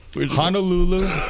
Honolulu